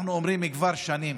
אנחנו אומרים כבר שנים